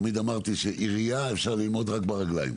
תמיד אמרתי שעירייה אפשר ללמוד רק ברגליים,